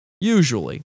usually